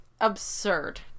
absurd